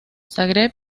zagreb